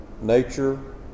nature